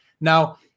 Now